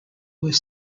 was